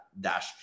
dash